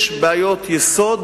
יש בעיות יסוד